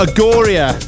Agoria